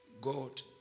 God